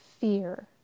fear